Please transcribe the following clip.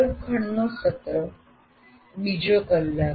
વર્ગખંડનું સત્ર બીજો કલાક